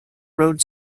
road